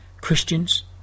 Christians